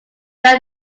left